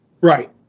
Right